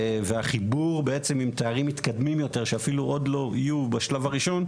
והחיבור בעצם עם תארים מתקדמים יותר שאפילו עוד לא יהיו בשלב הראשון,